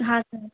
हाँ सर